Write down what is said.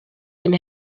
and